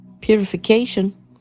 purification